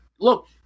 Look